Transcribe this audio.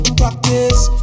practice